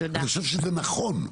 אני חושב שזה נכון.